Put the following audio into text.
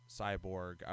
Cyborg